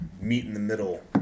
meet-in-the-middle